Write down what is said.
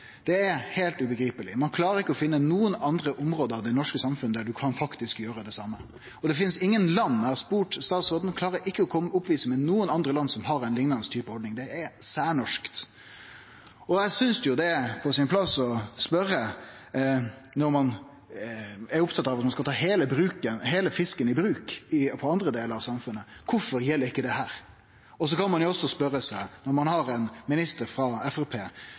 Det er heilt ubegripeleg. Ein klarer ikkje å finne nokon andre område i det norske samfunnet der ein faktisk kan gjere det same. Og det finst ingen land – eg har spurt statsråden, som ikkje klarer å vise til nokon andre land – som har ei liknande ordning. Det er særnorsk. Eg synest det er på sin plass å spørje kvifor ein ikkje skal ta heile fisken i bruk, når ein for andre delar av samfunnet er opptatt av at ein skal ta det heile i bruk. Så kan ein også spørje seg, når ein har ein minister frå